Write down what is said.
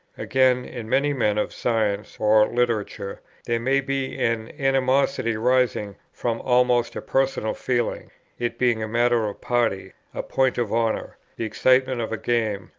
again, in many men of science or literature there may be an animosity arising from almost a personal feeling it being a matter of party, a point of honour, the excitement of a game,